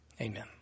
Amen